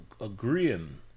agreeing